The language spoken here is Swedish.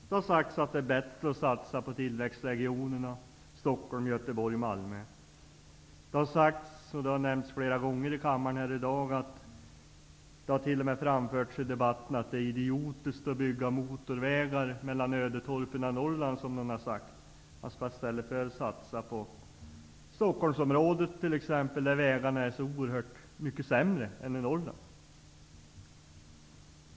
Det har sagts att det är bättre att satsa på tillväxtregionerna Stockholm, Göteborg och Det har nämnts flera gånger i kammaren i dag att det är idiotiskt att bygga motorvägar mellan ödetorpen i Norrland i stället för att satsa på t.ex. Stockholmsområdet, där vägarna är så oerhört mycket sämre än i Norrland.